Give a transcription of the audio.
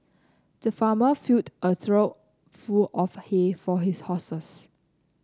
the farmer filled a trough full of hay for his horses